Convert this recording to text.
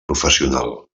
professional